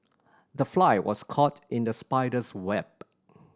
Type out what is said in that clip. the fly was caught in the spider's web